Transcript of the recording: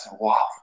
wow